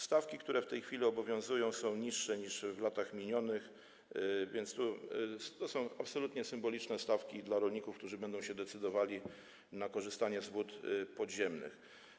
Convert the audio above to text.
Stawki, które w tej chwili obowiązują, są niższe niż w latach minionych, więc to są absolutnie symboliczne stawki dla rolników, którzy będą się decydowali na korzystanie z wód podziemnych.